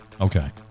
Okay